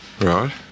Right